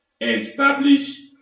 establish